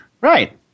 Right